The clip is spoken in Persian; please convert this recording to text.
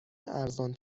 ارزان